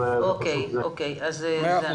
מאה אחוז, תודה.